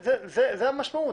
זאת המשמעות.